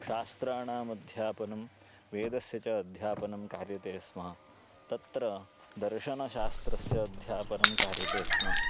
शास्त्राणाम् अध्यापनं वेदस्य च अध्यापनं कार्यते स्म तत्र दर्शनशास्त्रस्य अध्यापनं कार्यते स्म